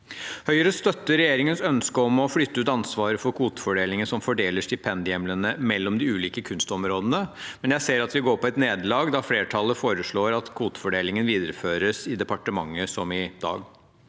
Høyre støtter regjeringens ønske om å flytte ut ansvaret for kvotefordelingen som fordeler stipendhjemlene mellom de ulike kunstområdene, men jeg ser at vi går på et nederlag, da flertallet foreslår at kvotefordelingen videreføres i departementet, som i dag.